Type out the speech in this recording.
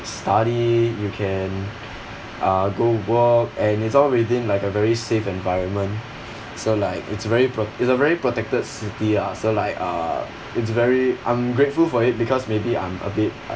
study you can uh go work and it's all within like a very safe environment so like it's very pro~ it's a very protected city lah so like uh it's very I'm grateful for it because maybe I'm a bit